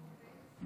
ליצמן,